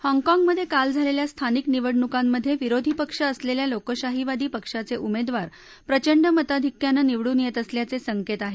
हाँगकाँगमधे काल झालेल्या स्थानिक निवडणुकांमधे विरोधीपक्ष असलेल्या लोकशाहीवादी पक्षाचे उमेदवार प्रचंड मताधिक्यानं निवडून येत असल्याचे संकेत आहेत